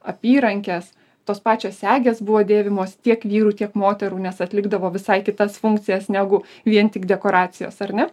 apyrankes tos pačios segės buvo dėvimos tiek vyrų tiek moterų nes atlikdavo visai kitas funkcijas negu vien tik dekoracijos ar ne